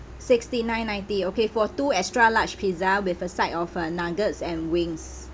sixty nine ninety okay for two extra large pizza with a side of a nuggets and wings